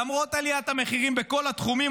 למרות עליית המחירים בכל התחומים,